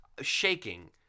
shaking